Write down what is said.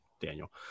Daniel